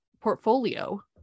portfolio